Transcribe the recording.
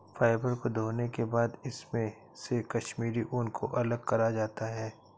fibre को धोने के बाद इसमे से कश्मीरी ऊन को अलग करा जाता है